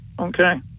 okay